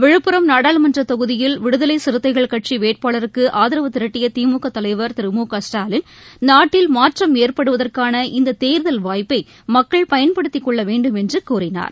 விழுப்புரம் நாடாளுமன்றத் தொகுதியில் விடுதலை சிறுத்தைகள் கட்சி வேட்பாளருக்கு ஆதாவு திரட்டிய திமுக தலைவர் திரு மு க ஸ்டாலின் நாட்டில் மாற்றம் ஏற்படுவதற்கான இந்த தேர்தல் வாய்ப்பை மக்கள் பயன்படுத்திக் கொள்ள வேண்டும் என்று கூறினார்